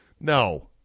no